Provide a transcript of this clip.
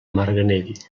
marganell